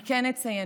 אני כן אציין,